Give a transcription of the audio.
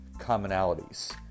commonalities